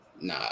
Nah